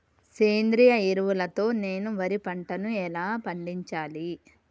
సేంద్రీయ ఎరువుల తో నేను వరి పంటను ఎలా పండించాలి?